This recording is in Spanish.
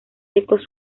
secos